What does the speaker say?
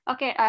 Okay